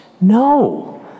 No